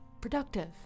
Productive